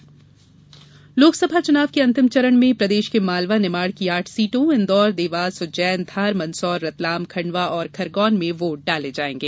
loss चुनाव मप्र लोकसभा चुनाव के अंतिम चरण में प्रदेश के मालवा निमाड़ की आठ सीटों इंदौर देवास उज्जैन धार मंदसौर रतलाम खंडवा और खरगौन में वोट डाले जाएंगे